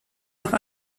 noch